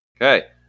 Okay